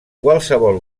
qualsevol